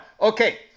Okay